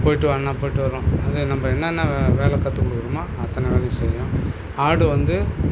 போய்ட்டுவான்னா போய்ட்டு வரும் அது நம்ம என்னென்ன வேலை கற்றுக் கொடுக்குறோமோ அத்தனை வேலையும் செய்யும் ஆடு வந்து